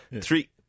Three